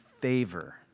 favor